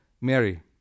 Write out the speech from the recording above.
Mary